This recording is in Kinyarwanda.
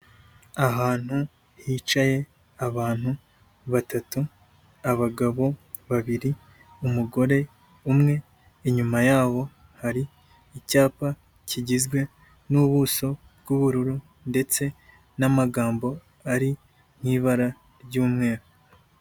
Ahantu hicaye abantu batatu, abagabo babiri umugore umwe, inyuma yabo hari icyapa kigizwe n'ubuso bwubururu ndetse n'amagambo ari mu ibara ry'umweru.